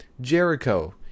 Jericho